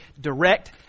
direct